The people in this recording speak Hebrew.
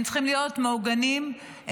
הם צריכים להיות מעוגנים בחוק.